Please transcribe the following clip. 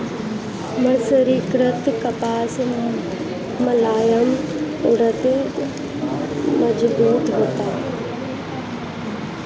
मर्सरीकृत कपास मुलायम अउर मजबूत होला